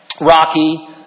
Rocky